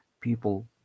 people